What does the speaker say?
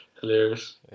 hilarious